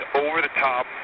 over-the-top